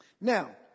Now